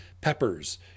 Peppers